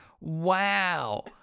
Wow